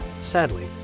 Sadly